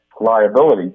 liability